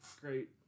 Great